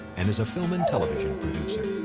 and is a film and television producer.